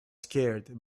scared